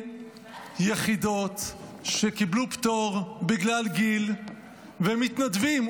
יחידות שקיבלו פטור בגלל גיל ומתנדבים,